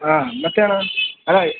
ಹಾಂ ಮತ್ತು ಅಣ್ಣ ಅಣ್ಣ